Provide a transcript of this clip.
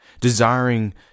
Desiring